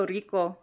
Rico